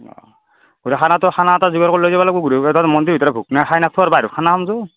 অঁ গতিকে খানাটো খানা এটা যোগাৰ কৰি লৈ যাব লাগিব মন্দিৰৰ ভিতৰত ভোগ মখা খাই নাথাকো আৰু বাহিৰত খাম যৌ